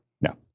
No